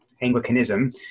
Anglicanism